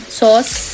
sauce